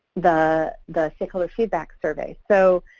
the the stakeholder feedback survey. so,